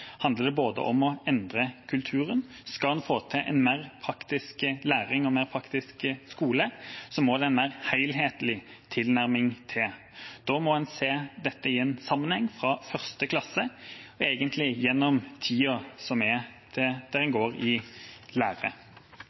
handler det om å endre kulturen. Skal en få til en mer praktisk læring og en mer praktisk skole, må det en mer helhetlig tilnærming til. Da må en se dette i en sammenheng fra 1. klasse gjennom tida fram til en går i